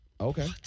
Okay